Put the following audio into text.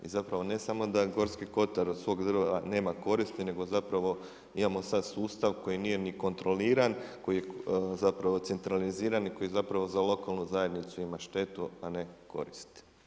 I zapravo ne samo da Gorski Kotar od svog drva nema koristi nego zapravo imamo sada sustav koji nije ni kontroliran, koji je zapravo centraliziran i koji zapravo za lokalnu zajednicu ima štetu a ne koristi.